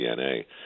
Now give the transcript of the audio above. DNA